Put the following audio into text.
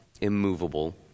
immovable